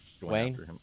Wayne